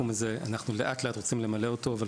אנחנו רוצים למלא לאט-לאט את הוואקום הזה,